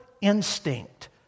instinct